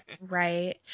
right